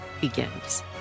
begins